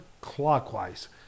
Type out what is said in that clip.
clockwise